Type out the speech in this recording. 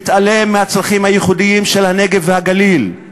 מתעלם מהצרכים הייחודיים של הנגב והגליל.